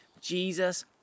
Jesus